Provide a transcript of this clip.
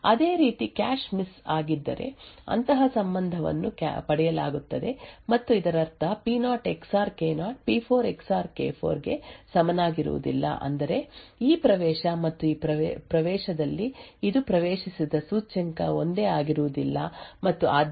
ಅದೇ ರೀತಿ cache miss ಆಗಿದ್ದರೆ ಅಂತಹ ಸಂಬಂಧವನ್ನು ಪಡೆಯಲಾಗುತ್ತದೆ ಮತ್ತು ಇದರರ್ಥ ಪಿ0 ಎಕ್ಸಾರ್ ಕೆ0 ಪಿ4 ಎಕ್ಸಾರ್ ಕೆ4 ಗೆ ಸಮನಾಗಿರುವುದಿಲ್ಲ ಅಂದರೆ ಈ ಪ್ರವೇಶ ಮತ್ತು ಈ ಪ್ರವೇಶದಲ್ಲಿ ಇದು ಪ್ರವೇಶಿಸಿದ ಸೂಚ್ಯಂಕ ಒಂದೇ ಆಗಿರುವುದಿಲ್ಲ ಮತ್ತು ಆದ್ದರಿಂದ ಕೆ0 ಎಕ್ಸಾರ್ ಕೆ4 ಪಿ0 ಎಕ್ಸಾರ್ ಪಿ4 ಗೆ ಸಮನಾಗಿರುವುದಿಲ್ಲ